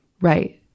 right